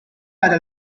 على